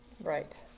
Right